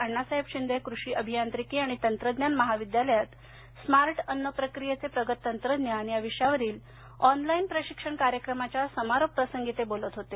अण्णासाहेब शिंदे कृषी अभियांत्रिकी आणि तंत्रज्ञान महाविद्यालयात स्मार्ट अन्न प्रक्रियेचे प्रगत तंत्रज्ञान या विषयावरील ऑनलाईन प्रशिक्षण कार्यक्रमाच्या समारोप प्रसंगी ते बोलत होते